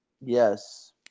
Yes